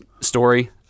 story